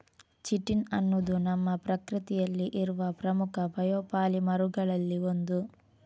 chitin ಅನ್ನುದು ನಮ್ಮ ಪ್ರಕೃತಿಯಲ್ಲಿ ಇರುವ ಪ್ರಮುಖ ಬಯೋಪಾಲಿಮರುಗಳಲ್ಲಿ ಒಂದು